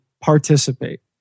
participate